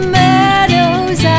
meadows